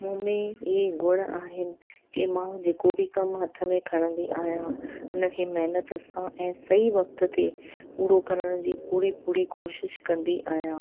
मूं में इहे गुण आहिनि की मां जेको बि कमु हथ में खणंदी आहियां उनखे महिनत सां ऐं सही वक़्त ते पूरो करण जी पूरी पूरी कोशिशि कंदी आहियां